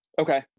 okay